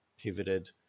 pivoted